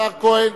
השר כהן,